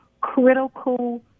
critical